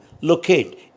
locate